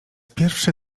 pierwszy